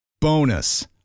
Bonus